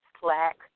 slack